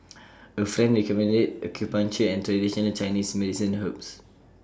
A friend recommended acupuncture and traditional Chinese medicine herbs